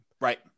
right